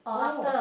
oh